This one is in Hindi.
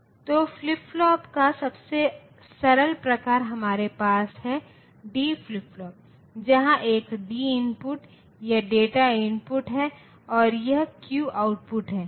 तो फ्लिप फ्लॉप का सबसे सरल प्रकार हमारे पास है डी फ्लिप फ्लॉप जहां एक डी इनपुट या डेटा इनपुट है और एक क्यू आउटपुट है